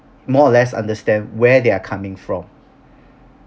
more or less understand where they are coming from